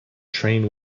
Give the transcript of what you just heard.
train